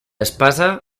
espasa